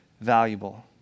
valuable